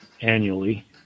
annually